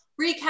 recap